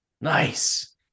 Nice